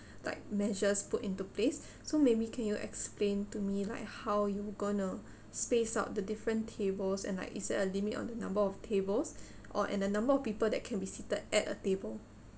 like measures put into place so maybe can you explain to me like how you going to space out the different tables and like is there a limit on the number of tables or and the number of people that can be seated at a table